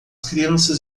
crianças